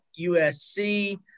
USC